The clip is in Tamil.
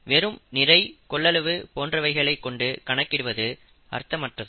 வெறும் நிறை கொள்ளளவு போன்றவைகளைக் கொண்டு கணக்கிடுவது அர்த்தமற்றது